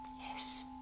Yes